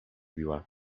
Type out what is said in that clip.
biła